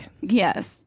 yes